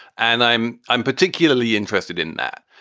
and i'm i'm particularly interested in that.